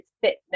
fitness